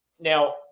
Now